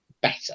better